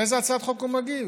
על איזו הצעת חוק הוא מגיב.